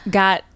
got